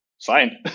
fine